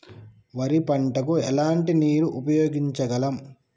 వరి పంట కు ఎలాంటి నీరు ఉపయోగించగలం?